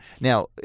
Now